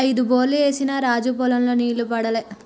ఐదు బోర్లు ఏసిన రాజు పొలం లో నీళ్లు పడలే